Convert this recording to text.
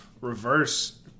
reverse